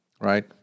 right